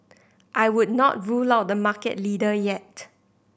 I would not rule out the market leader yet